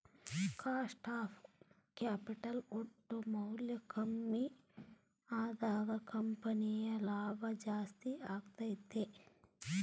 cost of capital ಒಟ್ಟು ಮೌಲ್ಯ ಕಮ್ಮಿ ಅದಾಗ ಕಂಪನಿಯ ಲಾಭ ಜಾಸ್ತಿ ಅಗತ್ಯೆತೆ